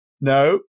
No